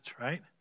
right